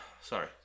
Sorry